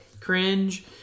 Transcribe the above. Cringe